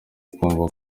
kumva